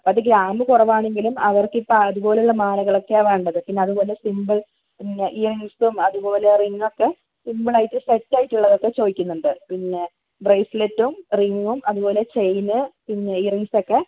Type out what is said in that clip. അപ്പോൾ അത് ഗ്രാം കുറവാണെങ്കിലും അവർക്കിപ്പോൾ അതുപോലെയുള്ള മാലകൾ ഒക്കെയാണ് വേണ്ടത് പിന്നെ അതുപോലെ സിമ്പിൾ ഇയറിങ്ങ്സും അതുപോലെ റിങ്ങ് ഒക്കെ സിമ്പിൾ ആയിട്ട് സെറ്റ് ആയിട്ടുള്ളതൊക്കെ ചോദിക്കുന്നുണ്ട് പിന്നെ ബ്രേസ്ലെറ്റും റിങ്ങും അതുപോലെ ചെയിൻ പിന്നെ ഇയറിങ്സ് ഒക്കെ